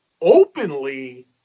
openly